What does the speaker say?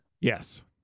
Yes